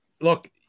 Look